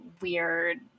weird